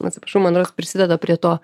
atsiprašau man rodos prisideda prie to